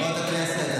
חברות הכנסת,